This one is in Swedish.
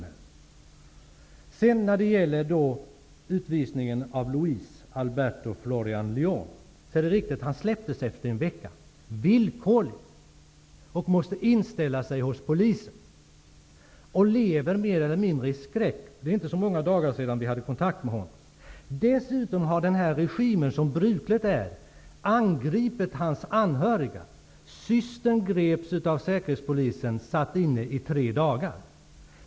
När det sedan gäller utvisningen av Luis Alberto Floreán León är det riktigt att han släpptes villkorligt efter en vecka. Han måste inställa sig hos polisen och lever mer eller mindre i skräck. Det är inte många dagar sedan vi hade kontakt med honom. Dessutom har denna regim som brukligt är angripit hans anhöriga. Systern greps av säkerhetspolisen och satt fängslad i tre dagar.